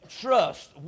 Trust